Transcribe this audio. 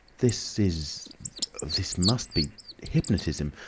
this is this must be hypnotism.